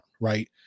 Right